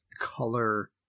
color